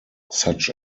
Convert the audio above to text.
such